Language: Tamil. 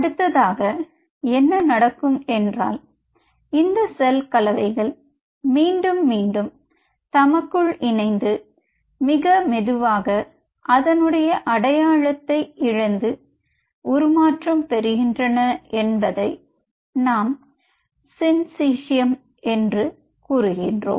அடுத்ததாக என்ன நடக்கும் என்றால் இந்த செல் கலவைகள் மீண்டும் மீண்டும் தமக்கும் இணைந்து மிக மெதுவாக அதனுடைய அடையாளத்தை இழந்து உருமாற்றம் பெறுகின்றன என்பதை நாம் ஸின்ஸிஸியம் என்று கூறுகிறோம்